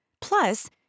Plus